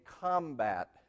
combat